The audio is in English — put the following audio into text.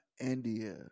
India